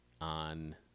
on